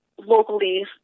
locally